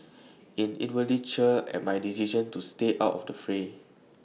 I inwardly cheer at my decision to stay out of the fray